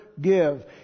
give